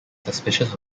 suspicious